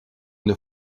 une